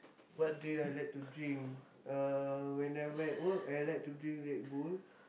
what drink I like to drink uh when I'm at work I like to drink Red-Bull